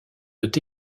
peut